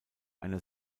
einer